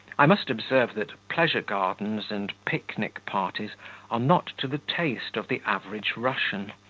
i must observe that pleasure-gardens and picnic-parties are not to the taste of the average russian.